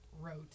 wrote